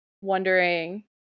wondering